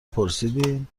پرسیدی